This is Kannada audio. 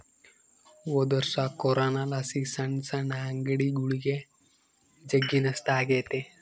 ಹೊದೊರ್ಷ ಕೊರೋನಲಾಸಿ ಸಣ್ ಸಣ್ ಅಂಗಡಿಗುಳಿಗೆ ಜಗ್ಗಿ ನಷ್ಟ ಆಗೆತೆ